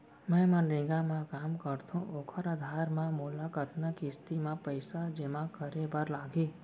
मैं मनरेगा म काम करथो, ओखर आधार म मोला कतना किस्ती म पइसा जेमा करे बर लागही?